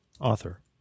author